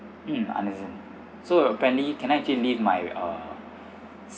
mm understand so apparently can I actually leave my uh